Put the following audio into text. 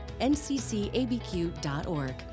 nccabq.org